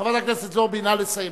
חברת הכנסת זועבי, נא לסיים.